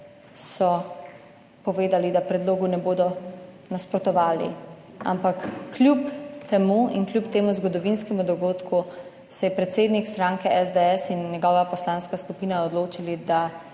so povedali, da predlogu ne bodo nasprotovali. Ampak kljub temu in kljub temu zgodovinskemu dogodku se je predsednik stranke SDS in njegova poslanska skupina odločili, da